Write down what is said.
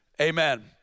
Amen